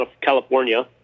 California